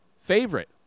favorite